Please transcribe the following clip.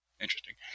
Interesting